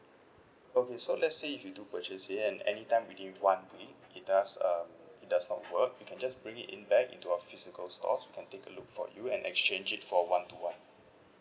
okay so let's say if you do purchase it and any time within one week it does uh it does not work you can just bring it in back into our physical stores we can take a look for you and exchange it for one to one